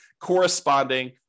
corresponding